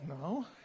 no